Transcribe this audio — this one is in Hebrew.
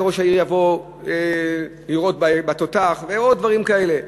ראש העיר יבוא לירות בתותח ועוד דברים כאלה.